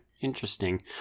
Interesting